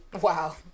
Wow